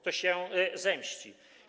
To się zemści.